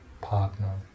partner